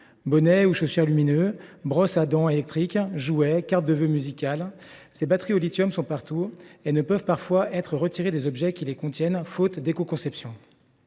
bonnets lumineux, brosses à dents électriques, jouets, cartes de vœux musicales, elles sont partout et ne peuvent parfois pas être retirées des objets qui les contiennent, faute d’écoconception.